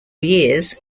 years